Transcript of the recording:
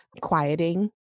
quieting